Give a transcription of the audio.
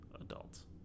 Adults